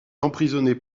emprisonné